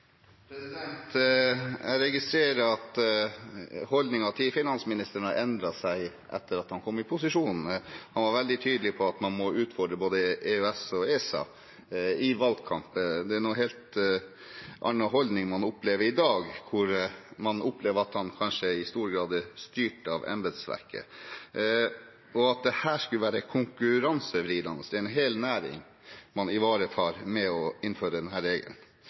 Jeg registrerer at holdningen til finansministeren har endret seg etter at han kom i posisjon. Han var i valgkampen veldig tydelig på at man må utfordre både EØS og ESA. Det er en helt annen holdning man opplever i dag, hvor man opplever at han kanskje i stor grad er styrt av embetsverket. At dette skulle være konkurransevridende – det er en hel næring man ivaretar med å innføre denne regelen.